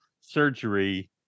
surgery